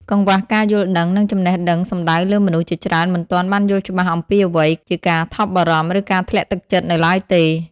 កង្វះការយល់ដឹង និងចំណេះដឹងសំដៅលើមនុស្សជាច្រើនមិនទាន់បានយល់ច្បាស់អំពីអ្វីជាការថប់បារម្ភ ឬការធ្លាក់ទឹកចិត្តនៅឡើយទេ។